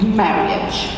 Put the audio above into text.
marriage